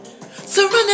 Surrender